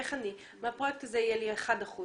איך בפרויקט הזה יהיה לי אחוז אחד,